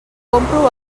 compro